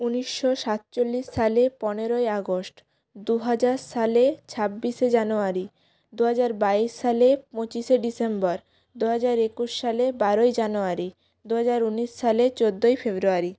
উনিশশো সাতচল্লিশ সালে পনেরোই আগস্ট দু হাজার সালে ছাব্বিশে জানুয়ারি দু হাজার বাইশ সালে পঁচিশে ডিসেম্বর দু হাজার একুশ সালে বারোই জানুয়ারি দু হাজার উনিশ সালে চোদ্দোই ফেব্রুয়ারি